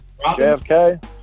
JFK